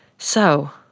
so,